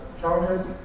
challenges